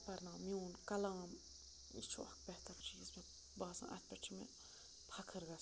پَرناو میون کَلام یہِ چھُ اَکھ بہتر چیٖز مےٚ باسان اَتھ پٮ۪ٹھ چھِ مےٚ فخر گہ